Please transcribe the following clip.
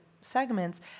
segments